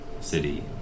city